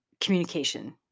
communication